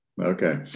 Okay